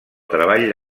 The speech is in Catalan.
treball